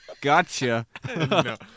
Gotcha